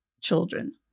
children